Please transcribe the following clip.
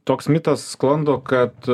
toks mitas sklando kad